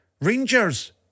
Rangers